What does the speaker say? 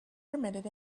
permitted